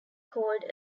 called